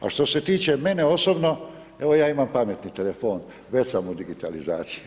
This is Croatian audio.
A što se tiče mene osobno, evo ja imam pametni telefon, već sam u digitalizaciji.